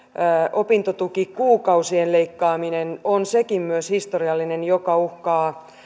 opintotukikuukausien leikkaaminen on sekin myös historiallinen joka uhkaa